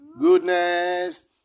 goodness